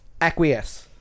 Acquiesce